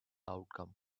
outcome